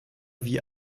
wie